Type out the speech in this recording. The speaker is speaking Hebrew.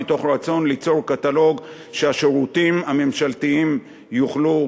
מתוך רצון ליצור קטלוג שהשירותים הממשלתיים יוכלו,